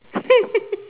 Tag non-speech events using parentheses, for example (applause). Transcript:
(laughs)